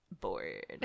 bored